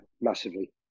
massively